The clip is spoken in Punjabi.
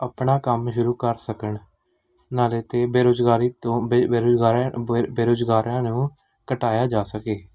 ਆਪਣਾ ਕੰਮ ਸ਼ੁਰੂ ਕਰ ਸਕਣ ਨਾਲ ਅਤੇ ਬੇਰੁਜ਼ਗਾਰੀ ਤੋਂ ਬੇ ਬੇਰੁਜ਼ਗਾਰ ਬੇ ਬੇਰੁਜ਼ਗਾਰੀ ਨੂੰ ਘਟਾਇਆ ਜਾ ਸਕੇ